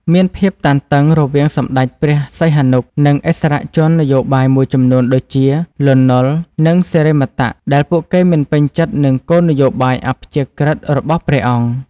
មានភាពតានតឹងរវាងសម្ដេចព្រះសីហនុ និងឥស្សរជននយោបាយមួយចំនួនដូចជា លន់ នល់ និង សិរិមតៈ ដែលពួកគេមិនពេញចិត្តនឹងគោលនយោបាយអព្យាក្រឹត្យរបស់ព្រះអង្គ។